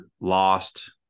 lost